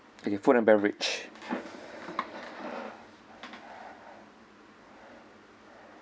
okay food and beverage